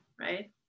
right